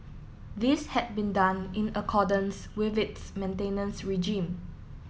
this had been done in accordance with its maintenance regime